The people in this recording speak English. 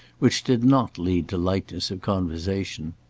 which did not lead to lightness of conversation.